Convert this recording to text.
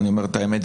ואני אומר את האמת,